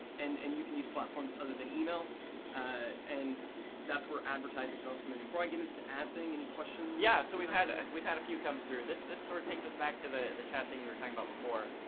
and and you use platforms other than email and that's where advertising can also come in. before i get into the ad thing, any questions? yeah so we've had ah we've had a few come through. this this sorta takes us back to the the chat thing we were talking about before.